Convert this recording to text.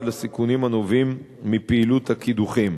לסיכונים הנובעים מפעילות הקידוחים.